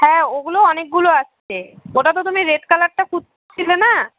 হ্যাঁ ওগুলো অনেকগুলো আসছে ওটা তো তুমি রেড কালারটা খুঁজছিলে না